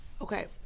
okay